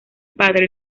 padre